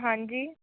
ਹਾਂਜੀ